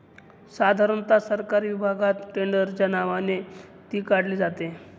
साधारणता सरकारी विभागात टेंडरच्या नावाने ती काढली जाते